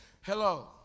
hello